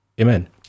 Amen